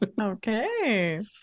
Okay